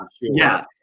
Yes